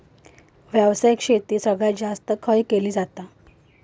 व्यावसायिक शेती सगळ्यात जास्त खय केली जाता?